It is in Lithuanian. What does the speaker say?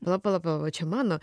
pala pala pala o čia mano